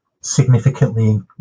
significantly